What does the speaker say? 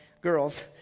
girls